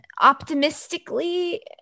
optimistically